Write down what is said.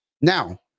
Now